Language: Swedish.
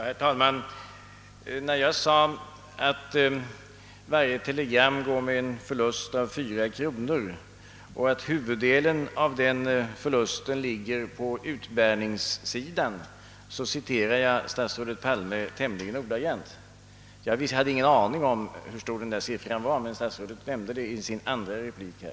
Herr talman! När jag sade att varje telegram går med en förlust på 4 kronor och att huvuddelen av den förlusten ligger på utbärningssidan, så citerade jag statsrådet Palme tämligen ordagrant. Jag hade själv ingen aning om hur stor siffran var, men statsrådet nämnde den i sin andra replik här.